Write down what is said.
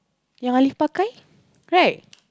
yang Ali pakai right